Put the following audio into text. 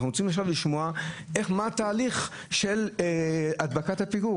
אנחנו רוצים עכשיו לשמוע מה התהליך של הדבקת הפיגור.